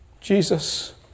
Jesus